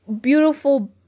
beautiful